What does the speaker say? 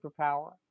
superpower